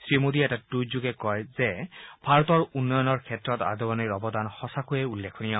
শ্ৰীমোদীয়ে এটা টুইটযোগে কয় যে ভাৰতৰ উন্নয়নৰ প্ৰতি আদবানীৰ আবদান সঁচাকৈয়ে উল্লেখনীয়